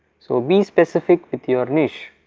so be specific with your niche.